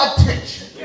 attention